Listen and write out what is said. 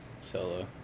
solo